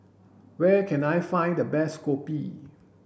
where can I find the best Kopi